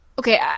Okay